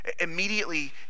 Immediately